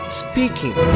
speaking